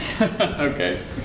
Okay